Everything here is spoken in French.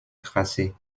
tracé